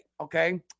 okay